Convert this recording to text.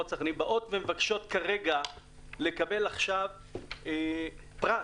באות ומבקשות כרגע לקבל עכשיו פרס.